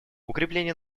укрепление